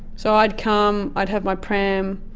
so i'd come, i'd have my pram,